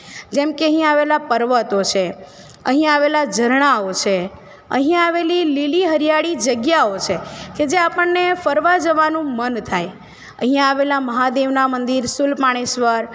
જેમકે અહીંયા આવેલા પર્વતો છે અહીં આવેલા ઝરણાઓ છે અહી આવેલી લીલી હરિયાળી જગ્યાઓ છે કે આપણને ફરવા જવાનું મન થાય અહીંયા આવેલા મહાદેવના મંદિર શુલપાણેશ્વર